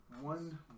One